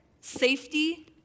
safety